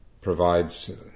provides